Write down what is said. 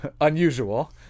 unusual